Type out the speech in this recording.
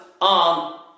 on